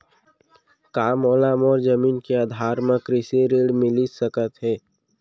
का मोला मोर जमीन के आधार म कृषि ऋण मिलिस सकत हे?